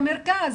במרכז,